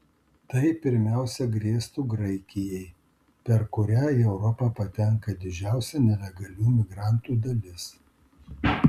tai pirmiausia grėstų graikijai per kurią į europą patenka didžiausia nelegalių migrantų dalis